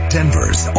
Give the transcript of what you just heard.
Denver's